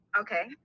Okay